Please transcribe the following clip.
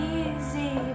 easy